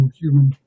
human